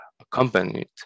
accompanied